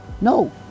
No